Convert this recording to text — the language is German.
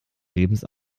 lebens